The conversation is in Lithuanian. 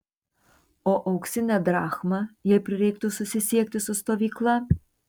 o auksinę drachmą jei prireiktų susisiekti su stovykla